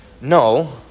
No